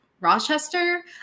Rochester